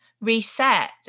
reset